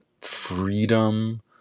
freedom